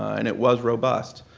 and it was robust,